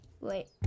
wait